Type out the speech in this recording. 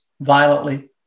violently